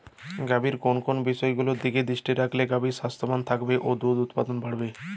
গাভীর কোন কোন বিষয়গুলোর দিকে দৃষ্টি রাখলে গাভী স্বাস্থ্যবান থাকবে বা দুধ উৎপাদন বাড়বে?